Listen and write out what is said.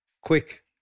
quick